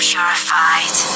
Purified